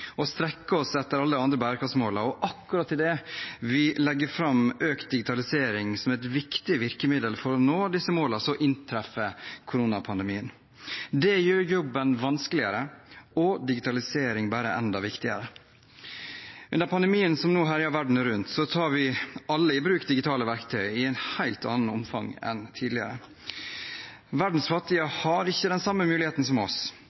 og strekke oss etter alle de andre bærekraftsmålene, og akkurat idet vi legger fram økt digitalisering som et viktig virkemiddel for å nå disse målene, inntreffer koronapandemien. Det gjør jobben vanskeligere og digitalisering bare enda viktigere. Under pandemien som nå herjer verden rundt, tar vi alle i bruk digitale verktøy i et helt annet omfang enn tidligere. Verdens fattige har ikke den samme muligheten som oss